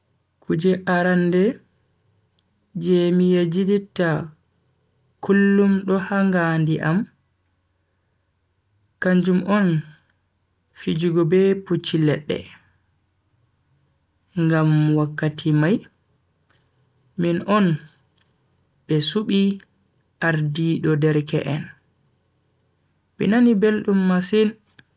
Kuje arande je mi yejjititta kullum do ha ngandi am kanjum on fijugo be pucci ledde ngam wakkita mai min on be subi ardiido derke en. mi nani beldum masin.